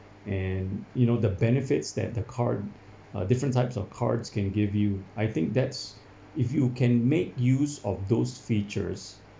and you know the benefits that the card a different types of cards can give you I think that's if you can make use of those features